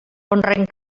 honren